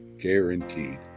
Guaranteed